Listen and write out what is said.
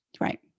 Right